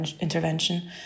intervention